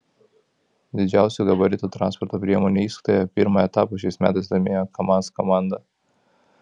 didžiausių gabaritų transporto priemonių įskaitoje pirmą etapą šiais metais laimėjo kamaz komanda